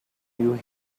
you